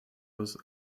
was